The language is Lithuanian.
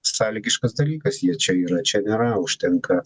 sąlygiškas dalykas jie čia yra čia nėra užtenka